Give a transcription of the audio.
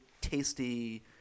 tasty